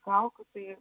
kaukių tai